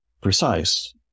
precise